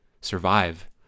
survive